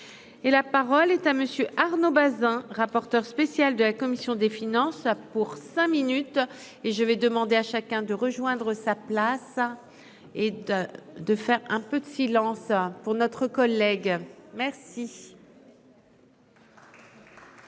la parole est à monsieur Arnaud Bazin, rapporteur spécial de la commission des finances a pour cinq minutes et je vais demander à chacun de rejoindre sa place et de de faire un peu de silence a pour notre collègue merci. Merci madame